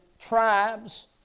tribes